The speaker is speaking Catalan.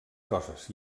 coses